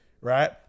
Right